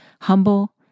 humble